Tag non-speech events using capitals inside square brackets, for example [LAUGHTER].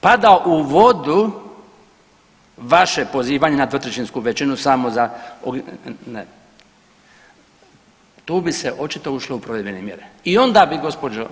Pada u vodu vaše pozivanje na dvotrećinsku većinu samo za ... [UNINTELLIGIBLE] Tu bi se očito ušlo u provedbene mjere, i onda bi gđo.